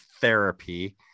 therapy